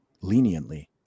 leniently